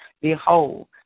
Behold